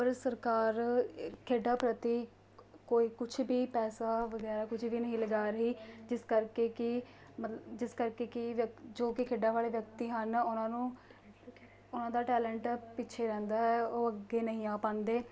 ਪਰ ਸਰਕਾਰ ਖੇਡਾਂ ਪ੍ਰਤੀ ਕੋਈ ਕੁਛ ਵੀ ਪੈਸਾ ਵਗੈਰਾ ਕੁਛ ਵੀ ਨਹੀਂ ਲਗਾ ਰਹੀ ਜਿਸ ਕਰਕੇ ਕਿ ਮਤਲਬ ਜਿਸ ਕਰਕੇ ਕਿ ਵਿਅਕ ਜੋ ਕਿ ਖੇਡਾਂ ਵਾਲੇ ਵਿਅਕਤੀ ਹਨ ਉਹਨਾਂ ਨੂੰ ਉਹਨਾਂ ਦਾ ਟੈਲੈਂਟ ਪਿੱਛੇ ਰਹਿੰਦਾ ਹੈ ਉਹ ਅੱਗੇ ਨਹੀਂ ਆ ਪਾਉਂਦੇ